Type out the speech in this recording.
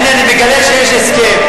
הנה, אני מגלה שיש הסכם.